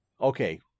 Okay